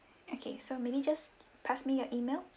okay so maybe just pass me your email